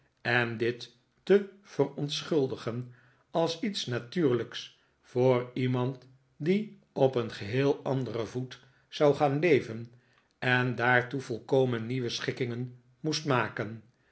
en dit te verontschuldigen als iets natuurlijks voor iemand die op een geheel anderen voet zou gaan leven en daartoe volkomen nieuwe schikkingen moest maken